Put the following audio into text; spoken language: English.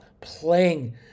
playing